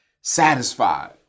satisfied